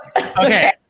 Okay